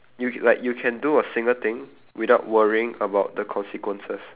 you c~ like you can do a single thing without worrying about the consequences